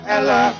Ella